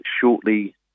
shortly